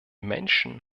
menschen